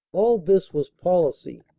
all this was policy.